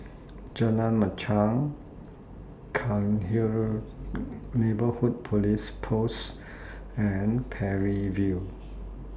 Jalan Machang Cairnhill Neighbourhood Police Post and Parry View